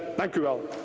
thank you. in